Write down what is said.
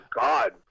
God